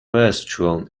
restaurant